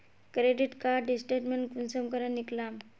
Credit card statement कुंसम करे निकलाम?